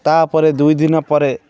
ତାପରେ ଦୁଇ ଦିନ ପରେ